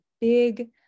big